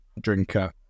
drinker